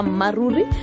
maruri